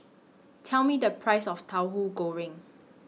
Tell Me The Price of Tauhu Goreng